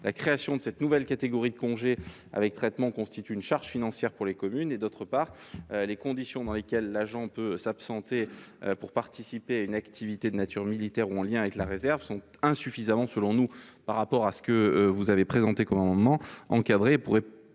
la création de cette nouvelle catégorie de congé avec traitement constitue une charge financière pour les communes ; d'autre part, les conditions dans lesquelles l'agent peut s'absenter pour participer à une activité de nature militaire ou en lien avec la réserve sont, selon nous, insuffisamment encadrées dans cet amendement. Par conséquent,